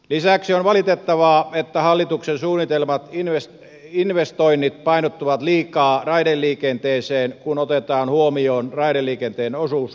lisäksi on valitettavaa että hallituksen suunnittelemat investoinnit painottuvat liikaa raideliikenteeseen kun otetaan huomioon raideliikenteen osuus kokonaisliikenteestä